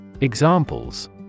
Examples